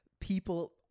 people